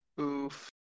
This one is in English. Oof